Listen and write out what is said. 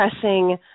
pressing